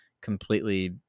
completely